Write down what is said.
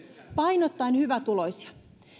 painottaen hyvätuloisia